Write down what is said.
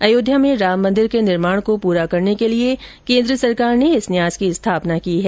अयोध्या में राम मंदिर के निर्माण को पूरा करने के लिए केन्द्र सरकार ने इस न्यास की स्थापना की है